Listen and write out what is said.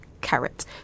carrot